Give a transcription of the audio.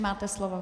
Máte slovo.